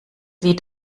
lied